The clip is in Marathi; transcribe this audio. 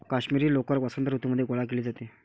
काश्मिरी लोकर वसंत ऋतूमध्ये गोळा केली जाते